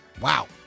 wow